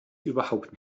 überhaupt